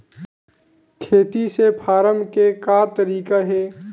खेती से फारम के का तरीका हे?